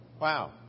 Wow